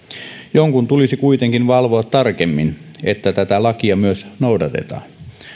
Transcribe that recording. jonkun tulisi kuitenkin valvoa tarkemmin että tätä lakia myös noudatetaan